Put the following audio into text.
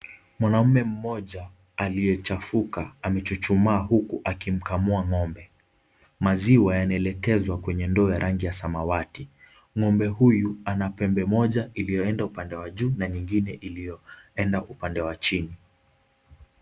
Mwanamume mmoja aliyechafuka amechuchumaa huku akimkamu ng'ombe. Maziwa yanaelekezwa kwenye ndoo ya rangi ya samawati . Ngo'ombe huyu ana pembe moja iliyoenda upande wa juu na nyingine iliyoenda upande wa chini.